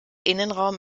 innenraum